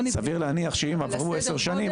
לא --- סביר להניח שאם עברו עשר שנים,